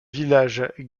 villages